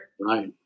Right